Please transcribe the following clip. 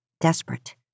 desperate